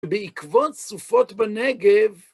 בעקבון צופות בנגב,